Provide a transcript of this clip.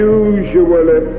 usually